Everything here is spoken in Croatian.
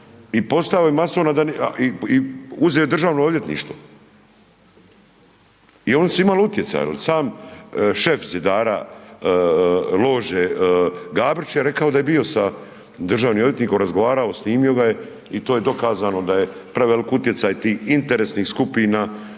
i postao je mason a da i uzeo je i Državno odvjetništvo i oni su imali utjecaja jer sam šef zidara lože Gabrić je rekao da je bio sa državnim odvjetnikom razgovarao, snimio ga je i to je dokazano da je prevelik utjecaj tih interesnih skupina